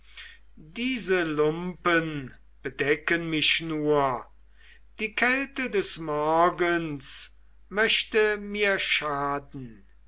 diese lumpen bedecken mich nur die kälte des morgens möchte mir schaden